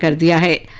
ah da